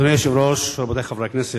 אדוני היושב-ראש, רבותי חברי הכנסת,